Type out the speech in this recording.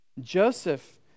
Joseph